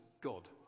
God